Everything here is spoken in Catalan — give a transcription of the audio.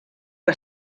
que